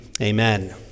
Amen